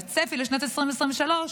והצפי לשנת 2023,